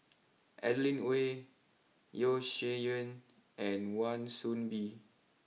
Adeline Ooi Yeo Shih Yun and Wan Soon Bee